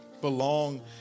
Belong